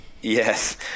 Yes